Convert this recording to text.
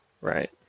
Right